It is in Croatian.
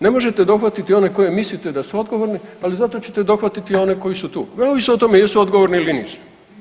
Ne možete dohvatiti one koje mislite da su odgovorni, ali zato ćete dohvatiti one koji su tu neovisno o tome jesu odgovorni ili nisu.